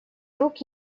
рук